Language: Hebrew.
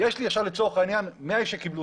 יש לי עכשיו לצורך העניין 100 אנשים שקיבלו